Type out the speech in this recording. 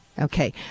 Okay